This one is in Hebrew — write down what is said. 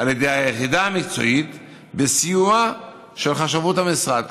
על ידי היחידה המקצועית בסיוע של חשבות המשרד.